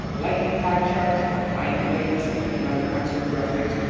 like in pie charts, or line weights, like in other kinds of graphics.